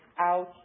out